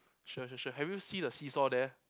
sure sure sure have you seen the seesaw there